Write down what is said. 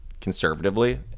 conservatively